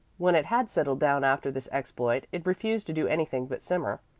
when it had settled down after this exploit, it refused to do anything but simmer.